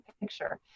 picture